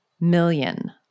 million